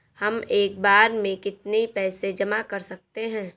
हम एक बार में कितनी पैसे जमा कर सकते हैं?